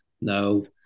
no